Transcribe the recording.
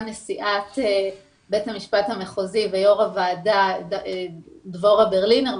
על ידי נשיאת בית המשפט המחוזי ויו"ר הוועדה דבורה ברלינר.